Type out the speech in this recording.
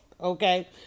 Okay